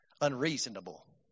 unreasonable